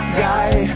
die